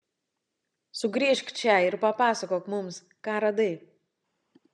sugrįžk čia ir papasakok mums ką radai